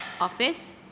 Office